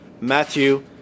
Matthew